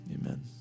Amen